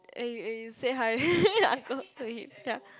and you and you said hi uncle to him ya